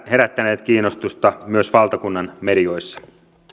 herättäneet kiinnostusta myös valtakunnan medioissa